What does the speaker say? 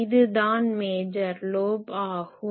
இது தான் major lobe ஆகும்